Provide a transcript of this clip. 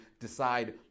decide